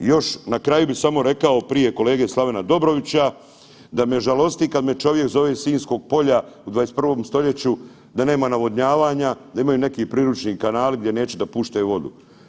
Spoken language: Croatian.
Još na kraju bi samo rekao prije kolege Slavena Dobrovića da me žalosti kada me čovjek zove iz Sinjskog polja u 21.stoljeću da nemaju navodnjavanja, da imaju neki priručni kanali gdje neće da puštaju vodu.